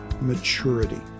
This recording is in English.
maturity